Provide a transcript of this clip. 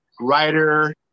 Writer